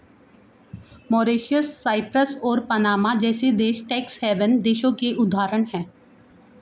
Mauritius, Cyprus और Panama जैसे देश टैक्स हैवन देशों के उदाहरण है